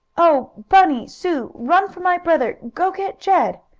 oh, bunny sue run for my brother! go get jed!